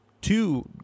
two